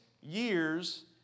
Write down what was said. years